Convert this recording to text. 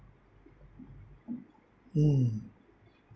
mm